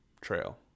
trail